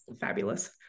fabulous